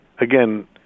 again